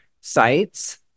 sites